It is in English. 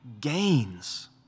gains